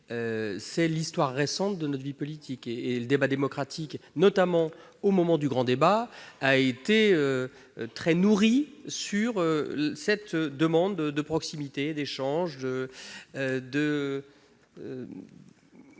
C'est l'histoire récente de notre vie politique : le débat démocratique, notamment au moment du grand débat, a été très nourri sur cette demande de proximité et d'échanges avec